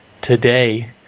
today